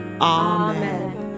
Amen